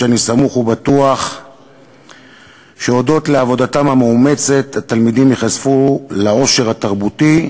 שאני סמוך ובטוח שהודות לעבודתם המאומצת התלמידים ייחשפו לעושר התרבותי,